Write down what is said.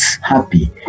happy